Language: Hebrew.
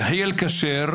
יחיאל כשר,